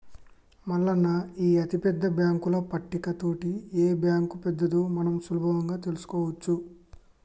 మల్లన్న ఈ అతిపెద్ద బాంకుల పట్టిక తోటి ఏ బాంకు పెద్దదో మనం సులభంగా తెలుసుకోవచ్చు